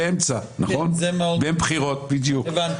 מהיועצת המשפטית